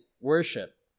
worship